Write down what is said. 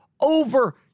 over